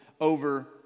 over